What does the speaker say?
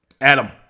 Adam